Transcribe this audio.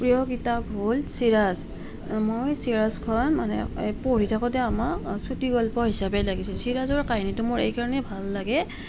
প্ৰিয় কিতাপ হ'ল চিৰাজ মই চিৰাজখন মানে এ পঢ়ি থাকোঁতে আমাক চুটি গল্প হিচাপে লাগিছিল চিৰাজৰ কাহিনীটো মোৰ এইকাৰণেই ভাল লাগে